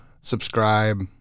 subscribe